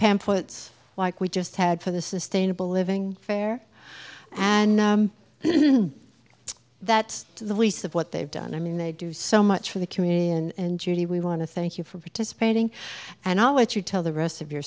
pamphlets like we just had for the sustainable living fair and that's the least of what they've done i mean they do so much for the community and judy we want to thank you for participating and i'll let you tell the rest of your